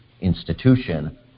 institution